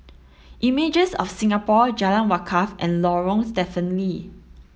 Images of Singapore Jalan Wakaff and Lorong Stephen Lee